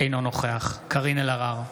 אינו נוכח קארין אלהרר,